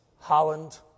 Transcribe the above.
Holland